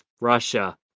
russia